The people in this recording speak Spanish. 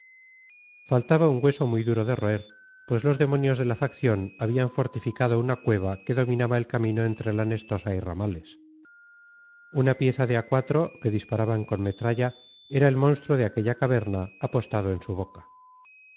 faltaba un hueso muy duro que roer pues los demonios de la facción habían fortificado una cueva que dominaba el camino entre la nestosa y ramales una pieza de a cuatro que disparaban con metralla era el monstruo de aquella caverna apostado en su boca